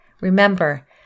Remember